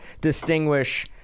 distinguish